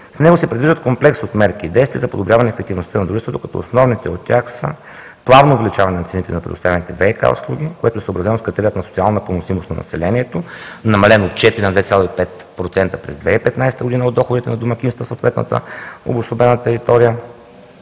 В него се предвиждат комплекс от мерки и действия за подобряване ефективността на дружеството като основните от тях са: плавно увеличаване на цените на предоставяните ВиК услуги, което е съобразено с критерия на социалната поносимост на населението, намален е отчетът на 2,5% през 2015 г. от доходите на домакинствата в съответната обособена територия,